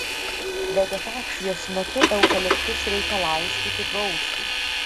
vegetacijos metu eukaliptus reikia laistyti gausiai